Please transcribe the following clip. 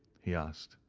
he asked.